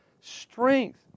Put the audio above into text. strength